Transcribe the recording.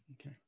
Okay